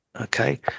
Okay